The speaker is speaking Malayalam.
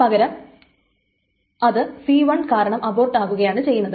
പകരം അത് c1 കാരണം അബോർട്ട് ആകുകയാണ് ചെയ്യുന്നത്